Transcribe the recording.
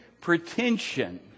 pretension